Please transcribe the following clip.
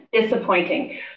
disappointing